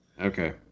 Okay